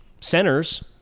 centers